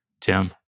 Tim